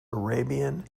arabian